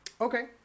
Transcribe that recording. Okay